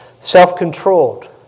Self-controlled